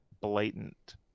blatant